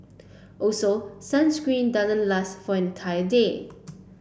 also sunscreen doesn't last for an entire day